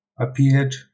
appeared